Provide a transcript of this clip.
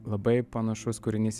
labai panašus kūrinys